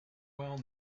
well